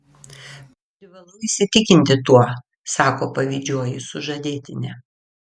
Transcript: privalau įsitikinti tuo sako pavydžioji sužadėtinė